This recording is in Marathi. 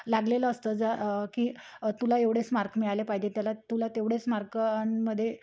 लागलेलं असतं ज की तुला एवढेच मार्क मिळाले पाहिजे त्याला तुला तेवढेच मार्कांमध्ये